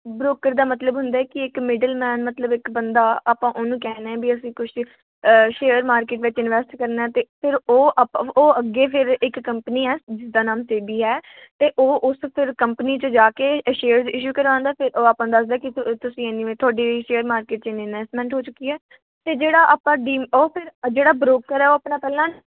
broker ਦਾ ਮਤਲਬ ਹੁੰਦਾ ਹੈ ਕਿ ਇੱਕ ਮਿਡਲ ਮੈਨ ਮਤਲਬ ਇੱਕ ਬੰਦਾ ਆਪਾਂ ਉਹਨੂੰ ਕਹਿੰਦੇ ਹਾਂ ਵੀ ਅਸੀਂ ਕੁਛ ਸ਼ੇਅਰ ਮਾਰਕੀਟ ਵਿੱਚ ਇਨਵੈਸਟ ਕਰਨਾ ਅਤੇ ਫਿਰ ਉਹ ਆਪਾਂ ਉਹ ਅੱਗੇ ਫਿਰ ਇੱਕ ਕੰਪਨੀ ਹੈ ਜਿਸ ਦਾ ਨਾਮ ਜੇ ਬੀ ਹੈ ਅਤੇ ਉਹ ਉਸ ਫਿਰ ਕੰਪਨੀ 'ਚ ਜਾ ਕੇ ਸ਼ੇਅਰਸ ਇਸ਼ੂ ਕਰਵਾਉਂਦਾ ਫਿਰ ਉਹ ਆਪਾਂ ਨੂੰ ਦੱਸਦਾ ਕਿ ਤੁਸੀਂ ਇੰਨੀ ਤੁਹਾਡੀ ਸ਼ੇਅਰ ਮਾਰਕੀਟ 'ਚ ਇੰਨੀ ਇਨਵੈਸਟਮੈਂਟ ਹੋ ਚੁੱਕੀ ਹੈ ਅਤੇ ਜਿਹੜਾ ਆਪਾਂ ਡੀ ਉਹ ਫਿਰ ਜਿਹੜਾ ਬ੍ਰੋਕਰ ਹੈ ਉਹ ਆਪਣਾ ਪਹਿਲਾਂ